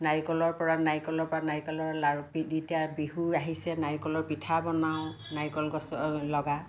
নাৰিকলৰপৰা নাৰিকলৰপৰা নাৰিকলৰ লাড়ু এতিয়া বিহু আহিছে নাৰিকলৰ পিঠা বনাওঁ নাৰিকল গছ লগা